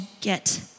get